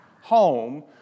home